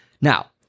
Now